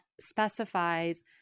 specifies